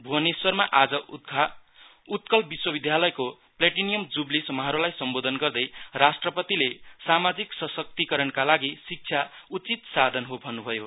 भूवनेश्वरमा आज उत्कल विश्वविद्यालयको platinum jubilee समारोहलाई सम्बोधन गर्दै राष्ट्रपतिले सामाजिक सशक्तिकरणका लागि शिक्षा उचित साधन हो भन्नुभयो